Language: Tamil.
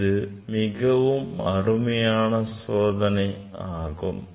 இது மிகவும் அருமையான சோதனையாகும்